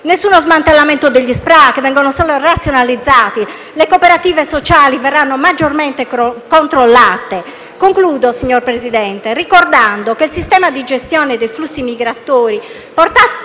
Nessuno smantellamento degli SPRAR, che vengono solo razionalizzati. Inoltre, le cooperative sociali verranno maggiormente controllate. Concludo ricordando all'Assemblea che il sistema di gestione dei flussi migratori